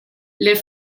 les